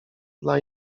dla